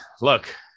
look